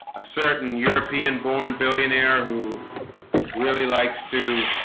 a certain european born billionaire who really likes to